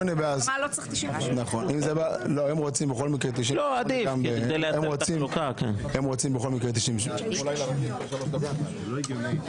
בהסכמה לא צריך 98. הם רוצים בכל מקרה את 98. עדיף.